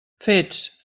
fets